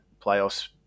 playoffs